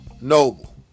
noble